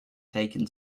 taken